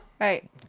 Right